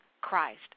Christ